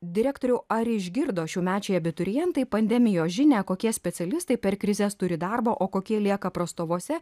direktoriau ar išgirdo šiųmečiai abiturientai pandemijos žinią kokie specialistai per krizes turi darbo o kokie lieka prastovose